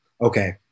okay